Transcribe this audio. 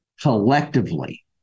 collectively